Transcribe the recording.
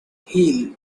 heel